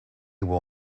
will